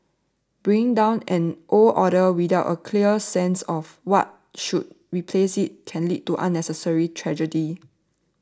bringing down an old order without a clear sense of what should replace it can lead to unnecessary tragedy